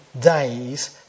days